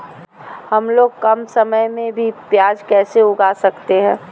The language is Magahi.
हमलोग सबसे कम समय में भी प्याज कैसे उगा सकते हैं?